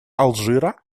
алжира